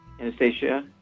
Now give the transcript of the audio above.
Anastasia